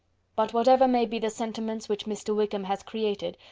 but whatever may be the sentiments which mr. wickham has created,